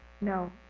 No